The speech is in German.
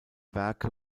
werke